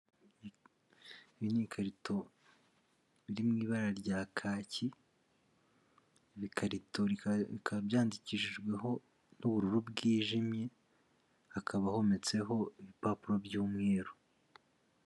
Ibi ni ibikarito biri mu ibara rya kaki, ibikarito bikaba byandikishijweho n'ubururu bwijimye, hakaba hometseho ibipapuro by'umweru.